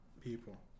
people